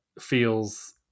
feels